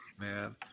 man